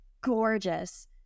gorgeous